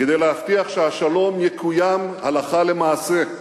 כדי להבטיח שהשלום יקוים הלכה למעשה,